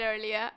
earlier